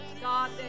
God